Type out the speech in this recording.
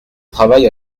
travail